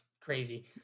crazy